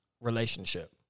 relationship